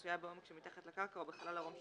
המצויה בעומק שמתחת לקרקע או בחלל הרום שמעליה,